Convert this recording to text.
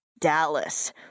Dallas